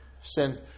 send